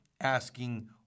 asking